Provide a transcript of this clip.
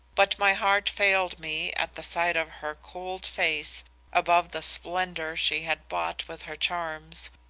but my heart failed me at the sight of her cold face above the splendor she had bought with her charms,